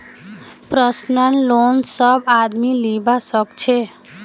personal loan सब आदमी लीबा सखछे